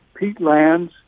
peatlands